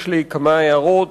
יש לי כמה הערות,